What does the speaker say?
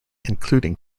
including